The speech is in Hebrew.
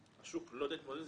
השוק לא יודע להתמודד עם זה.